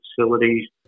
facilities